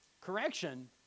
Correction